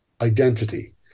identity